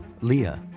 Leah